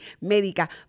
médica